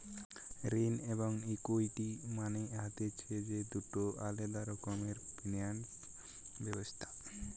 ঋণ এবং ইকুইটি মানে হতিছে দুটো আলাদা রকমের ফিনান্স ব্যবস্থা